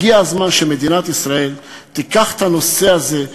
הגיע הזמן שמדינת ישראל תיקח את הנושא הזה,